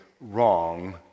wrong